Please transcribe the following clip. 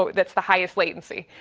that's the highest latency.